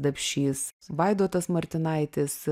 dapšys vaidotas martinaitis